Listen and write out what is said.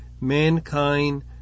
mankind